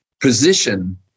position